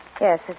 Yes